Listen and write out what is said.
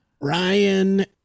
Ryan